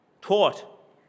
taught